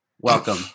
Welcome